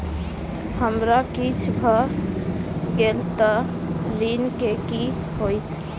हमरा किछ भऽ गेल तऽ ऋण केँ की होइत?